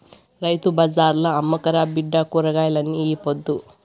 రైతు బజార్ల అమ్ముకురా బిడ్డా కూరగాయల్ని ఈ పొద్దు